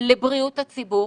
לבריאות הציבור.